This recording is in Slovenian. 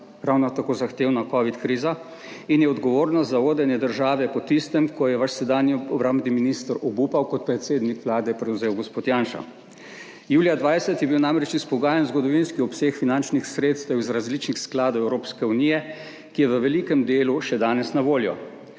ravno tako zahtevna kovidna kriza in je odgovornost za vodenje države po tistem, ko je vaš sedanji obrambni minister obupal kot predsednik Vlade, prevzel gospod Janša. Julija 2020 je bil namreč izpogajan zgodovinski obseg finančnih sredstev iz različnih skladov Evropske unije, ki je v velikem delu še danes na voljo.